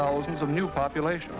thousands of new population